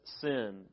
sin